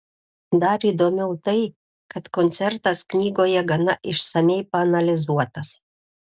dar įdomiau tai kad koncertas knygoje gana išsamiai paanalizuotas